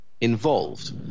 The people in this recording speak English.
involved